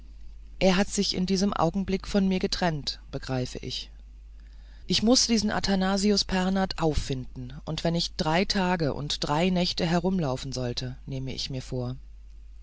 er hat sich in diesem augenblick von mir getrennt begreife ich ich muß diesen athanasius pernath auffinden und wenn ich drei tage und drei nächte herumlaufen sollte nehme ich mir vor